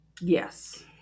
Yes